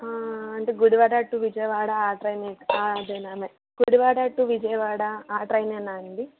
అంటే గుడివాడ టు విజయవాడ ఆ ట్రైనే అదేనేనా గుడివాడ టు విజయవాడ ట్రైన్ ఏనా అండి